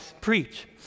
preach